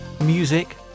music